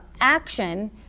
action